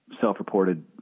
self-reported